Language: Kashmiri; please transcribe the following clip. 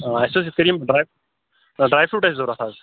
اَسہِ ٲسۍ یِتھ کَنۍ یِم ڈرٛاے نہ ڈرٛاے فرٛوٗٹ ٲسۍ ضوٚرَتھ آز